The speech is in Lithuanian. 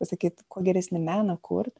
pasakyt kuo geresnį meną kurt